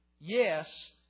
yes